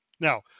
Now